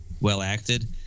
well-acted